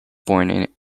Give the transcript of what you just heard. born